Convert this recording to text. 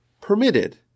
permitted